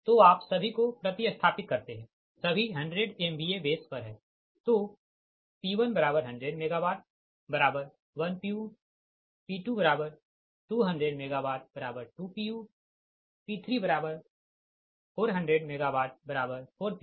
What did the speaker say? तो आप सभी को प्रति स्थापित करते है सभी 100 MVA बेस पर है तो P1100 MW10 puP2200MW20 puP3400 MW40 pu